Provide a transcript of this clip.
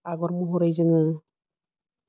आग'र महरै जोङो